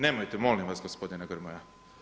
Nemojte, molim vas gospodine Grmoja.